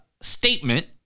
statement